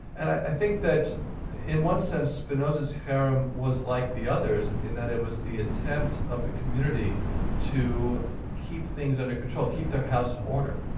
and i think that in one sense spinoza's cherem was like the others, in that it was the attempt of the community to keep things under control, keep their house in order.